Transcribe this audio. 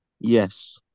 Yes